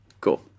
Cool